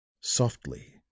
Softly